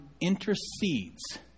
intercedes